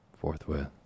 forthwith